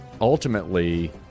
ultimately